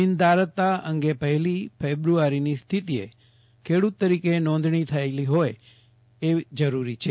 જમીનધારકતા અંગે પફેલી ફેબ્રુઆરીની સ્થિતિએ ખેડૂત તરીકે નોંધણી થયેલી ફોવી જરૂરી છે